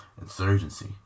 insurgency